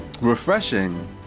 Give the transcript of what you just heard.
Refreshing